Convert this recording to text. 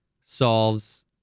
solves